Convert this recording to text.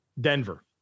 Denver